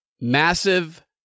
massive